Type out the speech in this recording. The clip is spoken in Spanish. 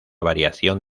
variación